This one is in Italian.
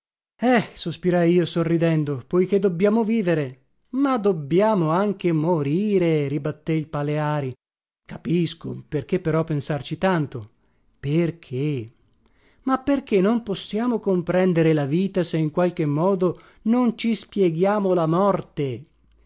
eh sospirai io sorridendo poiché dobbiamo vivere ma dobbiamo anche morire ribatté il paleari capisco perché però pensarci tanto perché ma perché non possiamo comprendere la vita se in qualche modo non ci spieghiamo la morte